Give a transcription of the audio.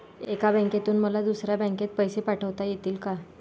एका बँकेतून मला दुसऱ्या बँकेत पैसे पाठवता येतील का?